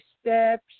steps